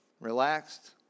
relaxed